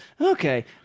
Okay